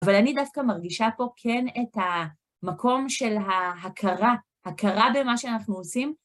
אבל אני דווקא מרגישה פה כן את המקום של ההכרה, הכרה במה שאנחנו עושים.